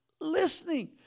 listening